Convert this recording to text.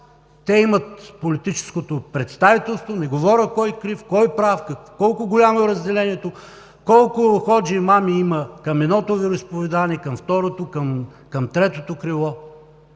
те имат политическото представителство – не говоря кой крив, кой прав, колко голямо е разделението, колко ходжи, имами има към едното вероизповедание, към второто, към третото крило.